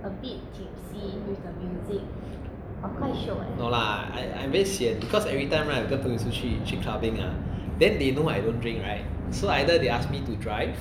no lah I very sian because everytime right 跟朋友出去去 clubbing ah then they know I won't drink right so either they ask me to drive